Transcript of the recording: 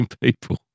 people